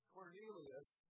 Cornelius